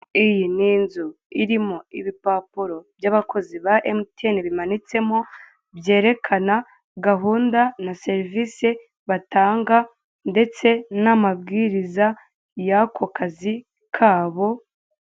Iyi ni inzu irimo ibipapuro by'abakozi ba Emutiyeni bimanitsemo, byerekana gahunda na serivise batanga ndetse n'amabwiriza y'ako kazi kabo.